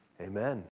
Amen